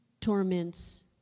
torments